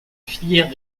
filière